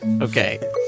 Okay